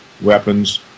weapons